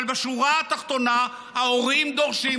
אבל בשורה התחתונה ההורים דורשים,